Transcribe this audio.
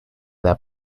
their